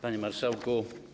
Panie Marszałku!